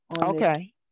Okay